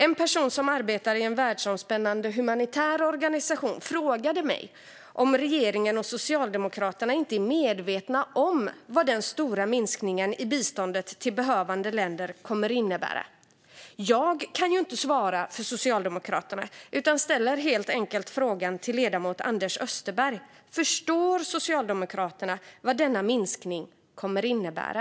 En person som arbetar i en världsomspännande humanitär organisation frågade mig om regeringen och Socialdemokraterna inte är medvetna om vad den stora minskningen i biståndet till behövande länder kommer att innebära. Jag kan inte svara för Socialdemokraterna utan ställer helt enkelt frågan till ledamoten Anders Österberg: Förstår Socialdemokraterna vad denna minskning kommer att innebära?